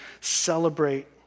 celebrate